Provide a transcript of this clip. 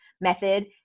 method